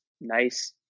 nice